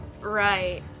Right